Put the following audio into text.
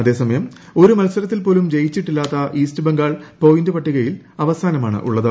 അതേസമയം ഒരു മത്സരത്തിൽ പോലും ജയിച്ചിട്ടില്ലാത്ത ഈസ്റ്റ് ബംഗാൾ പോയിന്റ് പട്ടികയിൽ അവസാനമാണുള്ളത്